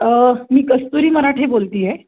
मी कस्तुरी मराठे बोलते आहे